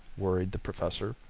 worried the professor.